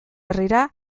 herrira